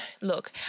Look